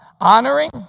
Honoring